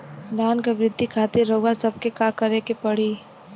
धान क वृद्धि खातिर रउआ सबके का करे के पड़ी?